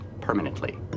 permanently